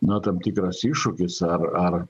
na tam tikras iššūkis ar